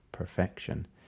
perfection